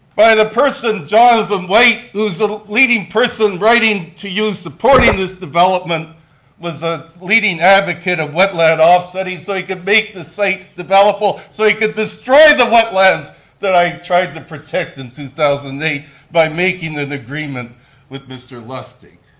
by the person, johnathan whyte, who's the leading person writing to you supporting this development was a leading advocate of wetland offsetting so he can make the site developable so you could destroy the wetlands that i tried to protect in two thousand and eight by making an agreement with mr. lustig.